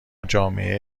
جامعه